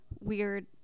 weird